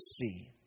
see